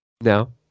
no